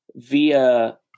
via